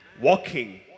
walking